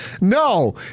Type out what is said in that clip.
No